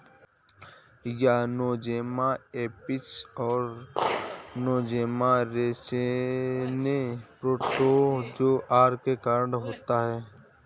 यह Nosema apis और Nosema ceranae protozoa के कारण होता है